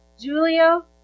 Julio